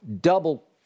double